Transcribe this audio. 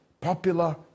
popular